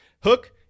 Hook